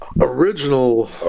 Original